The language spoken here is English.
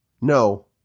no